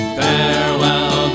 farewell